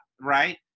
right